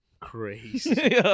Crazy